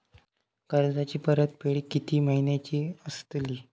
कर्जाची परतफेड कीती महिन्याची असतली?